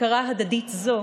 הכרה הדדית זו